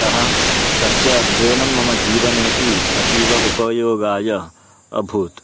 अतः तस्य अध्ययनं मम जीवनेपि अतीव उपयोगाय अभूत्